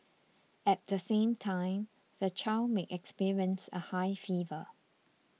at the same time the child may experience a high fever